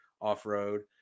off-road